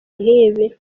nk’ibi